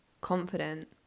Confident